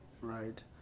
right